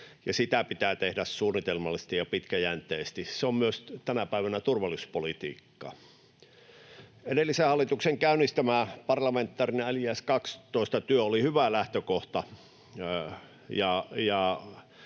Sitä pitää tehdä suunnitelmallisesti ja pitkäjänteisesti. Se on tänä päivänä myös turvallisuuspolitiikkaa. Edellisen hallituksen käynnistämä parlamentaarinen LJS 12 ‑työ oli hyvä lähtökohta,